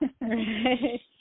Right